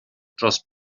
dros